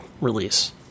release